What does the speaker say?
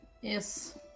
Yes